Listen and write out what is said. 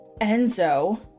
Enzo